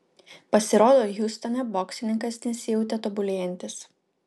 pasirodo hjustone boksininkas nesijautė tobulėjantis